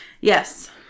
Yes